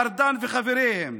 ארדן וחבריהם.